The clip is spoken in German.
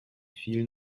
vielen